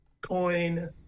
coin